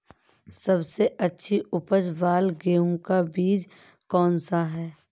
सबसे अच्छी उपज वाला गेहूँ का बीज कौन सा है?